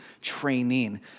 training